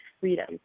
freedom